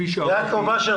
בקשה.